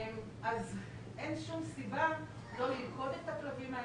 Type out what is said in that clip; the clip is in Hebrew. אז אין שום סיבה לא ללכוד את הכלבים האלה,